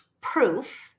proof